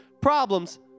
problems